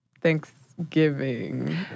Thanksgiving